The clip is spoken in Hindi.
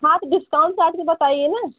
हाँ तो डिस्काउंट काट कर बताइए ना